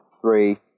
three